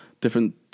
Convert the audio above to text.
different